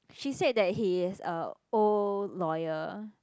she said that he is a old lawyer